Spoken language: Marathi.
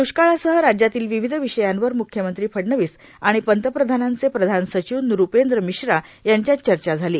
द्ष्काळासह राज्यातील विविध विषयांवर म्ख्यमंत्री फडणवीस आणि पंतप्रधानांचे प्रधान सचिव ऩपेंद्र मिश्रा यांच्यात चर्चा झाली